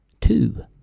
two